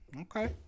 okay